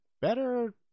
better